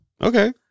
Okay